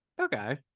okay